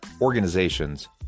organizations